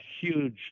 huge